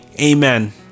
Amen